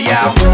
out